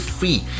free